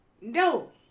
No